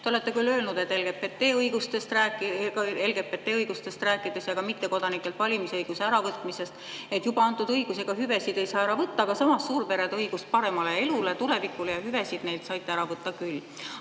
Te olete küll öelnud LGBT õigustest ja ka mittekodanikelt valimisõiguse äravõtmisest rääkides, et juba antud õigusi ega hüvesid ei saa ära võtta, aga samas suurperede õigust paremale elule, tulevikule ja hüvesid neilt saite ära võtta küll.